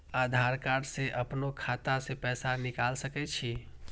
आधार कार्ड से अपनो खाता से पैसा निकाल सके छी?